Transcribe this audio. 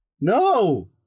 No